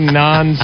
non